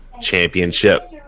championship